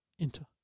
enter